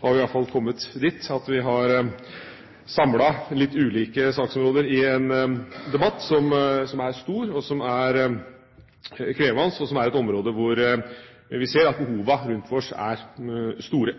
har vi i hvert fall kommet dit at vi har samlet litt ulike saksområder i en debatt som er stor, og som er krevende, på et område hvor vi ser at behovene rundt oss er store.